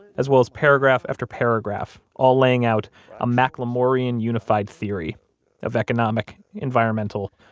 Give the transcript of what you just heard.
as well as paragraph after paragraph, all laying out a mclemorian unified theory of economic, environmental,